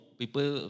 people